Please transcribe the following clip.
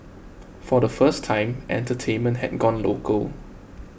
for the first time entertainment had gone local